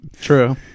True